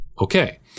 Okay